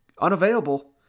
unavailable